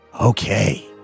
Okay